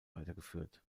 weitergeführt